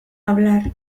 hablar